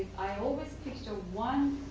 i always picture one